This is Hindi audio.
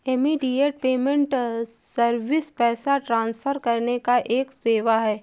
इमीडियेट पेमेंट सर्विस पैसा ट्रांसफर करने का एक सेवा है